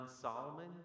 Solomon